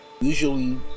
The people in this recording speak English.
Usually